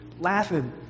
laughing